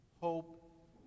Hope